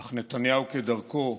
אך נתניהו, כדרכו,